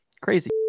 crazy